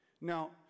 Now